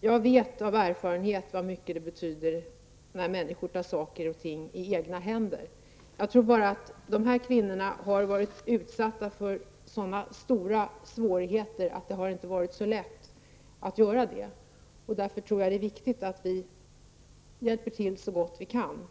Jag vet av erfarenhet hur mycket det betyder när människor tar saker och ting i egna händer. Men jag tror att dessa kvinnor har varit utsatta för sådana stora svårigheter att det inte har varit så lätt att ta saken i egna händer. Jag tror därför att det är viktigt att vi hjälper till så gott vi kan.